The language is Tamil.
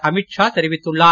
அமித் ஷா தெரிவித்துள்ளார்